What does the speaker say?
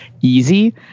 easy